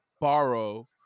borrow